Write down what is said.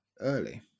early